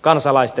kansalaistemme hyvinvoinnin